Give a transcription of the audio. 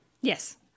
Yes